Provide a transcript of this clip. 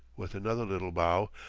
with another little bow,